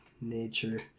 nature